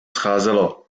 scházelo